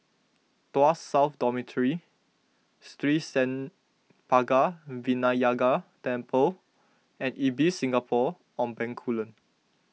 Tuas South Dormitory Sri Senpaga Vinayagar Temple and Ibis Singapore on Bencoolen